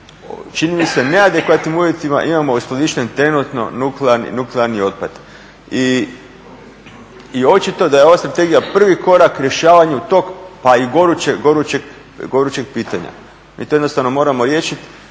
čini mi se, neadekvatnim uvjetima imamo uskladišten trenutno nuklearni otpad. I očito da je ova strategija prvi korak rješavanju tog pa i gorućeg pitanja. Mi to jednostavno mora riješiti.